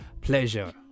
pleasure